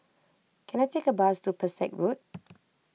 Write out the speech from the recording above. can I take a bus to Pesek Road